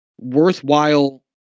worthwhile